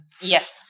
Yes